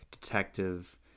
detective